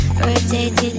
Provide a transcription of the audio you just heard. rotated